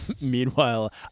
meanwhile